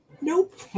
Nope